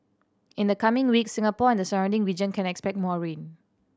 in the coming weeks Singapore and the surrounding region can expect more rain